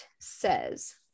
says